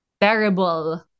terrible